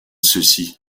ceci